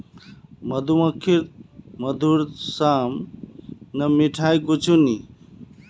मधुमक्खीर ताजा मधुर साम न मिठाई कुछू नी